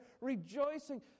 rejoicing